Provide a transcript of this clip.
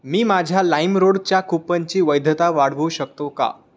मी माझ्या लाईमरोडच्या कूपनची वैधता वाढवू शकतो का